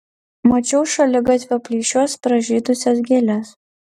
mačiau šaligatvio plyšiuos pražydusias gėles